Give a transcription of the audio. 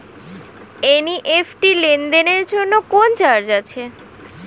NEFT লেনদেনের জন্য কোন চার্জ আছে?